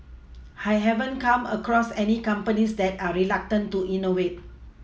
I haven't come across any companies that are reluctant to innovate